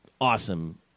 awesome